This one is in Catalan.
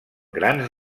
grans